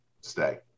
stay